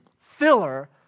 filler